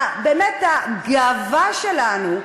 באמת, הגאווה שלנו,